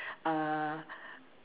uh